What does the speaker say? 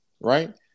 right